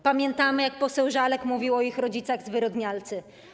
Pamiętamy, jak poseł Żalek mówił o ich rodzicach: zwyrodnialcy.